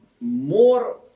more